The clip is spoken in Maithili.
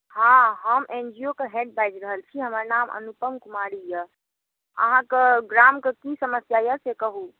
हँ हम एन जी ओ के हेड बाजि रहल छी हमर नाम अनुपम कुमारी यए अहाँके ग्रामके की समस्या यए से कहू